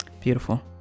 Beautiful